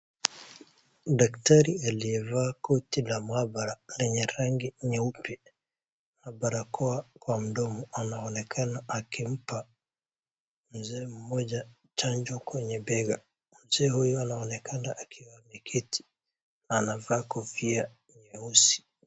Daktari aliyevaa koti la maabara lenye rangi nyeupe na barakoa kwa mdomo, anaonekana akimpa mzee mmoja chanjo kwenye bega. Mzee huyu anaonekana akiwa ameketi anavaa kofia nyeusi.